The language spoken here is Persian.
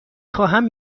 خواهم